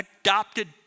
adopted